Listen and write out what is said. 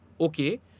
Okay